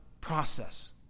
process